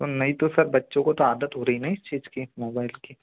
नहीं तो सर बच्चों को तो आदत हो रही नहीं चीज़ की मोबाइल की